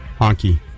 Honky